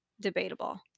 Debatable